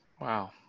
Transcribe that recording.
Wow